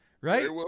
right